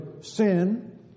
sin